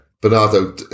Bernardo